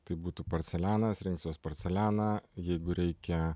tai būtų porcelianas rinksiuos porcelianą jeigu reikia